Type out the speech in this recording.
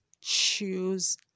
choose